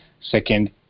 second